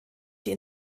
die